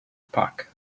park